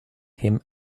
him